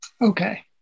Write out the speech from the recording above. Okay